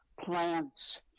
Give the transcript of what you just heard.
plants